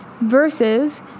Versus